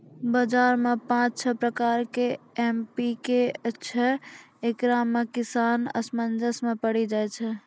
बाजार मे पाँच छह प्रकार के एम.पी.के छैय, इकरो मे किसान असमंजस मे पड़ी जाय छैय?